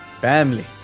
Family